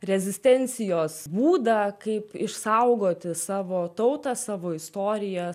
rezistencijos būdą kai išsaugoti savo tautą savo istoriją